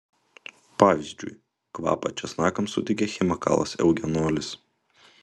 pavyzdžiui kvapą česnakams suteikia chemikalas eugenolis